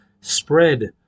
spread